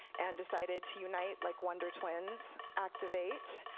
and decided to unite like wonder twins, activate,